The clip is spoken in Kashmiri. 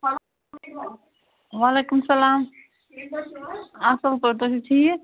وعلیکُم سلام اَصٕل پٲٹھۍ تُہۍ چھِو ٹھیٖک